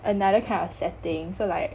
another kind of setting so like